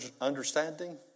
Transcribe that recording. understanding